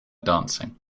dancing